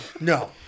No